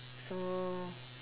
so